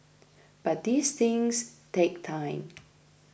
but these things take time